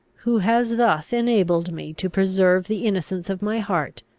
who has thus enabled me to preserve the innocence of my heart,